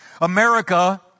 America